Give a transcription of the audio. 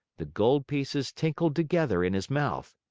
the gold pieces tinkled together in his mouth.